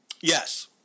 Yes